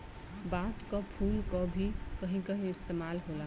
बांस क फुल क भी कहीं कहीं इस्तेमाल होला